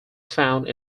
found